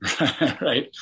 right